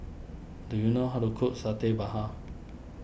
do you know how to cook Satay Babat